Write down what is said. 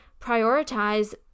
prioritize